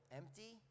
empty